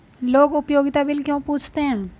लोग उपयोगिता बिल क्यों पूछते हैं?